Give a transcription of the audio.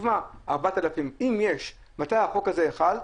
נקבע 4,000. מתי החוק הזה חל?